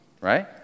Right